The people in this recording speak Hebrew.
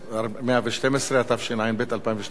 התשע"ב 2012. בבקשה.